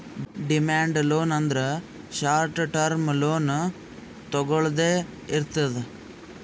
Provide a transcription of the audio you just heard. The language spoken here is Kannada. ಡಿಮ್ಯಾಂಡ್ ಲೋನ್ ಅಂದ್ರ ಶಾರ್ಟ್ ಟರ್ಮ್ ಲೋನ್ ತೊಗೊಳ್ದೆ ಇರ್ತದ್